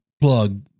plug